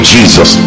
Jesus